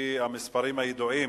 לפי המספרים הידועים,